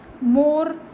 more